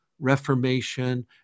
reformation